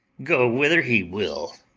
go whither he will,